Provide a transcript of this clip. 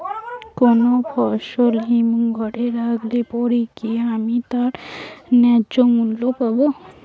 কোনো ফসল হিমঘর এ রাখলে পরে কি আমি তার ন্যায্য মূল্য পাব?